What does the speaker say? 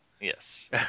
Yes